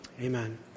Amen